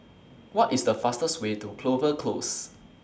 What IS The fastest Way to Clover Close